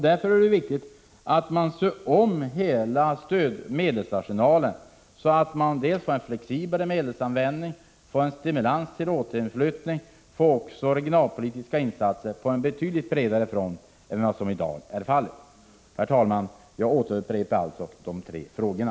Därför är det viktigt att man ser över hela medelsarsenalen så att man får en flexiblare medelsanvändning, en stimulans till återinflyttning och också regionalpolitiska insatser på en betydligt bredare front än vad som i dag är fallet. Herr talman! Jag återupprepar alltså de tre frågorna.